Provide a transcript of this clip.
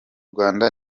rwanda